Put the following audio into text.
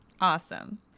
Awesome